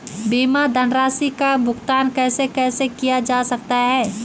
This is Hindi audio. बीमा धनराशि का भुगतान कैसे कैसे किया जा सकता है?